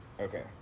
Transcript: okay